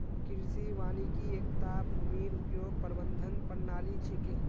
कृषि वानिकी एकता भूमिर उपयोग प्रबंधन प्रणाली छिके